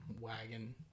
wagon